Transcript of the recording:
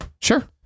Sure